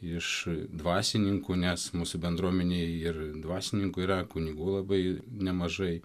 iš dvasininkų nes mūsų bendruomenėj ir dvasininkų yra kunigų labai nemažai